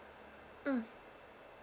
um